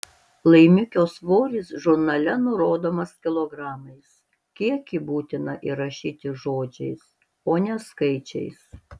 laimikio svoris žurnale nurodomas kilogramais kiekį būtina įrašyti žodžiais o ne skaičiais